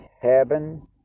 heaven